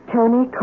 Tony